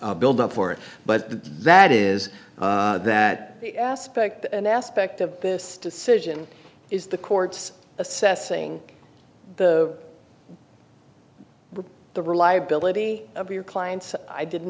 build up for it but that is that aspect and aspect of this decision is the court's assessing the the reliability of your clients i didn't